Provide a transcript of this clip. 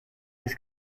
his